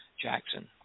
Jackson